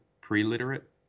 pre-literate